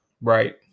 Right